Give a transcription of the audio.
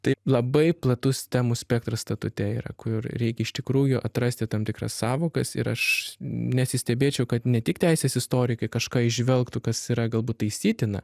tai labai platus temų spektras statute yra kur reikia iš tikrųjų atrasti tam tikras sąvokas ir aš nesistebėčiau kad ne tik teisės istorikai kažką įžvelgtų kas yra galbūt taisytina